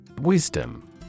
Wisdom